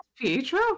Pietro